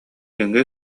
нөҥүө